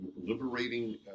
Liberating